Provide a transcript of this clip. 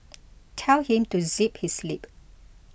tell him to zip his lip